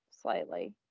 slightly